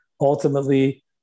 Ultimately